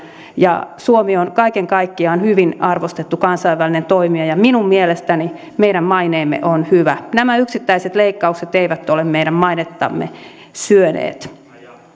ja suomi on kaiken kaikkiaan hyvin arvostettu kansainvälinen toimija minun mielestäni meidän maineemme on hyvä nämä yksittäiset leikkaukset eivät ole meidän mainettamme syöneet